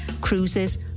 cruises